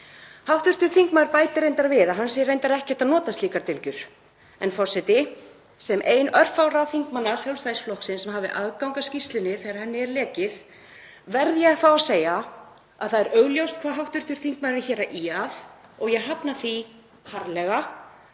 Hv. þingmaður bætir reyndar við að hann sé reyndar ekkert að nota slíkar dylgjur. En forseti, sem ein örfárra þingmanna Sjálfstæðisflokksins sem hafði aðgang að skýrslunni þegar henni er lekið verð ég að fá að segja að það er augljóst hverju hv. þingmaður er að ýja að og ég hafna því harðlega.